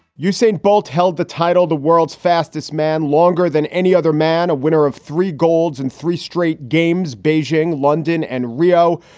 usain bolt held the title the world's fastest man longer than any other man, a winner of three golds and three straight games, beijing, london and rio.